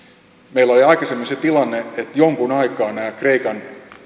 meillä oli aikaisemmin se tilanne että jonkun aikaa nämä kreikan